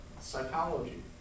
Psychology